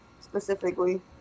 specifically